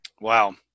Wow